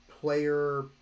player